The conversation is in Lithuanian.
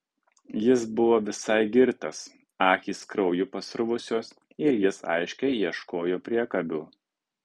jis buvo visai girtas akys krauju pasruvusios ir jis aiškiai ieškojo priekabių